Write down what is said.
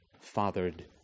fathered